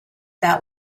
that